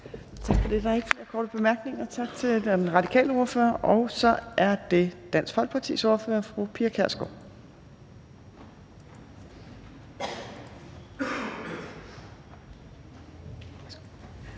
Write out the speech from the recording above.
Tak for det. Der er ikke flere korte bemærkninger. Tak til den radikale ordfører. Så er det Dansk Folkepartis ordfører, fru Pia Kjærsgaard.